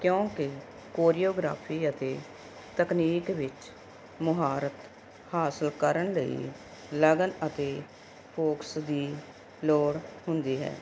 ਕਿਉਂਕਿ ਕੋਰੀਓਗ੍ਰਾਫੀ ਅਤੇ ਤਕਨੀਕ ਵਿੱਚ ਮਾਹਰਤ ਹਾਸਲ ਕਰਨ ਲਈ ਲਗਨ ਅਤੇ ਫੋਕਸ ਦੀ ਲੋੜ ਹੁੰਦੀ ਹੈ